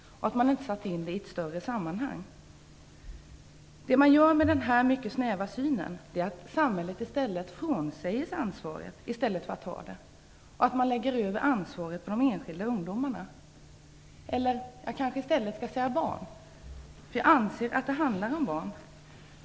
Man har inte satt in det i ett större sammanhang. Det man gör med denna mycket snäva synen är att samhället frånsäger sig ansvaret i stället för att ta det. Man lägger över ansvaret på de enskilda ungdomarna, eller jag kanske i stället skall säga barn, för jag anser att det handlar om barn.